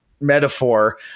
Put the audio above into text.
metaphor